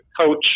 coach